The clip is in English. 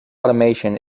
automation